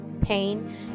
pain